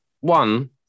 one